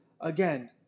again